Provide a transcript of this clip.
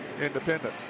Independence